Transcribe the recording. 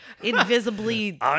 invisibly